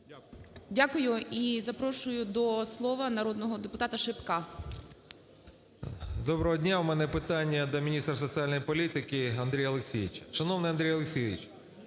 Дякую. І запрошую до слова народного депутатаШипка. 11:13:36 ШИПКО А.Ф. Доброго дня! У мене питання до міністра соціальної політики Андрія Олексійовича.